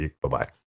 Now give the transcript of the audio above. bye-bye